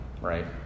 right